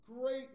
Great